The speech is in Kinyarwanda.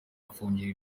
afungiwe